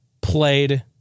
played